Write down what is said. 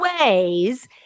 ways